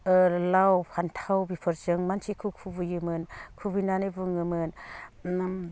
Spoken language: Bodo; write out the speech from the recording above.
लाव फान्थाव बेफोरजों मोसौखो खुबैयोमोन खुबैनानै बुङोमोन